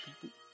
people